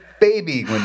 baby